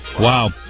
Wow